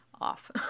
off